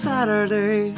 Saturday